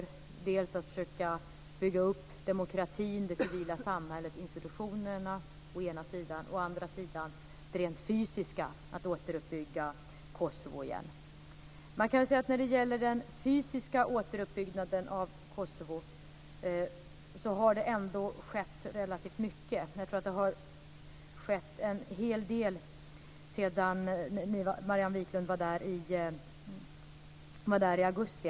Det gäller dels att försöka bygga upp demokratin, det civila samhället och institutionerna, dels att återuppbygga Kosovo rent fysiskt. Det har skett relativt mycket med den fysiska återuppbyggnaden av Kosovo. Jag tror att en hel del har skett sedan Marianne Viklund var där i augusti.